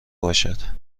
باشد